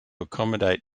accommodate